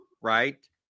right